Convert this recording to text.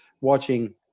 watching